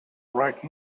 right